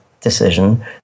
decision